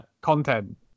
content